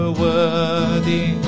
worthy